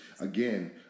again